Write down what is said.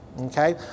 okay